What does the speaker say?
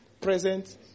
present